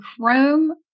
Chrome